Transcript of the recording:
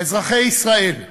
אזרחי ישראל,